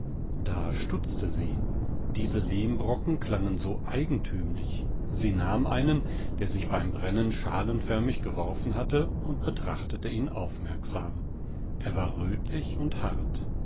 da stutzte sie diese lehmbrocken klangen so eigentümlich sie nahm einen der sich beim brennen schalenförmig geworfen hatte und betrachtete ihn aufmerksam er war rötlich und hart